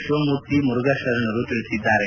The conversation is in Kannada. ಶಿವಮೂರ್ತಿ ಮುರುಘಾ ಶರಣರು ತಿಳಿಸಿದ್ದಾರೆ